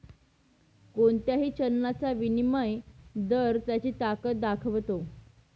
कोणत्याही चलनाचा विनिमय दर त्याची ताकद दाखवतो